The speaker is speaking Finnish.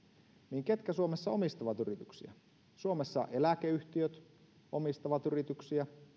niin ketkä suomessa omistavat yrityksiä suomessa eläkeyhtiöt omistavat yrityksiä